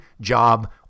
job